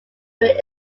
during